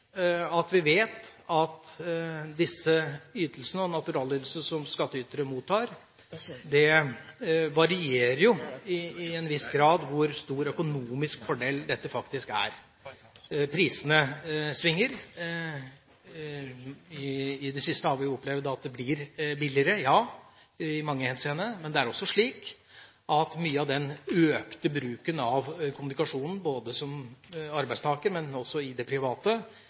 disse ytelsene og naturalytelsene som skattytere mottar, varierer det i en viss grad hvor stor økonomisk fordel dette faktisk er. Prisene svinger. I det siste har vi opplevd at det blir billigere – ja, i mange henseende – men det er også slik at mye av den økte bruken av kommunikasjon, både som arbeidstaker og privat, bidrar til at man i